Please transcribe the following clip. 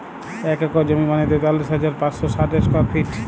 এক একর জমি মানে তেতাল্লিশ হাজার পাঁচশ ষাট স্কোয়ার ফিট